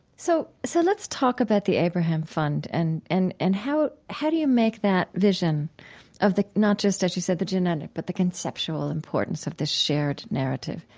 so so let's talk about the abraham fund and and and how how do you make that vision of not just as you said, the genetic, but the conceptual importance of this shared narrative?